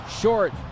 Short